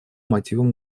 мотивам